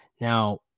Now